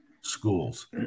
schools